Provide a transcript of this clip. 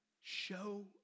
show